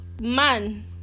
man